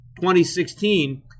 2016